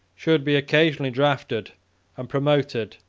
should be occasionally draughted and promoted,